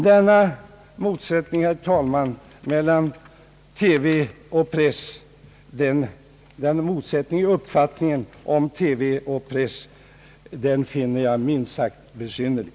Denna motsättning, herr talman, i uppfattningen om TV och press finner jag minst sagt besynnerlig.